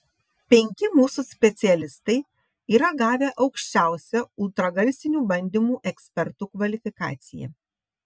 penki mūsų specialistai yra gavę aukščiausią ultragarsinių bandymų ekspertų kvalifikaciją